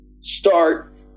start